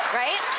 right